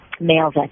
male